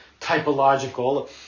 typological